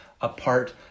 apart